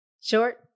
Short